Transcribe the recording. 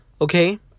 okay